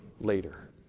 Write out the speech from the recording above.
later